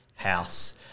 house